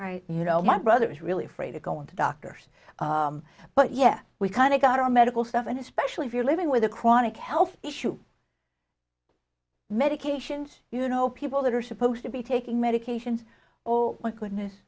very you know my brother is really afraid of going to doctors but yeah we kind of got our medical stuff and especially if you're living with a chronic health issue medications you know people that are supposed to be taking medications or goodness